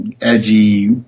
edgy